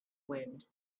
wind